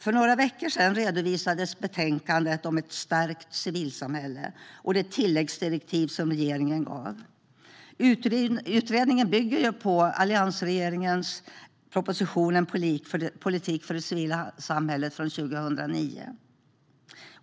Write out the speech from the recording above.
För några veckor sedan redovisades betänkandet om ett stärkt civilsamhälle och det tilläggsdirektiv som regeringen gav. Utredningen bygger på alliansregeringens proposition En politik för det civila samhället från 2009.